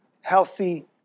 healthy